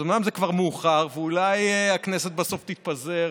אז אומנם זה כבר מאוחר ואולי הכנסת בסוף תתפזר,